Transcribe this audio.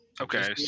Okay